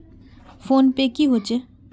Phone पै की होचे?